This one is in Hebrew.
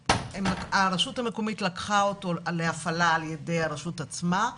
הרשות המקומית לקחה אותו להפעלה על ידי הרשות עצמה.